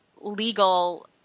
legal